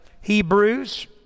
Hebrews